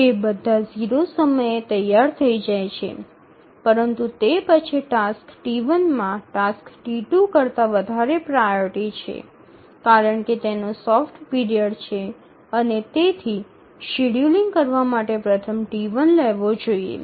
તે બધા 0 સમયે તૈયાર થઈ જાય છે પરંતુ તે પછી ટાસ્ક T1 માં ટાસ્ક T2 કરતા વધારે પ્રાઓરિટી છે કારણ કે તેનો સોફ્ટ પીરિયડ છે અને તેથી શેડ્યૂલિંગ કરવા માટે પ્રથમ T1 લેવો જોઈએ